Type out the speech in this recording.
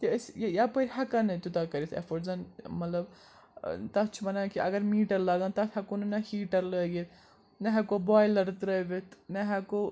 کہِ أسۍ یَپٲرۍ ہیٚکَن نہٕ تیوٗتاہ کٔرِتھ ایٚفٲرڈ زَن مطلب ٲں تَتھ چھِ وَنان کہِ اگر میٖٹَر لاگَن تَتھ ہیٚکو نہٕ نَہ ہیٖٹَر لٲگِتھ نہ ہیٚکو بۄیلَر ترٛٲوِتھ نہ ہیٚکو